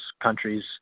countries